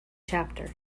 chapter